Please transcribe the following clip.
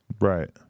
Right